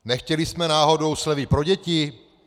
Nechtěli jsme náhodou slevy pro děti?